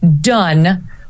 done